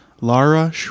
Lara